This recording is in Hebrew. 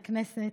הכנסת.